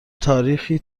تاریخی